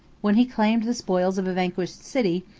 when he claimed the spoils of a vanquished city,